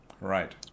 Right